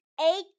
Eight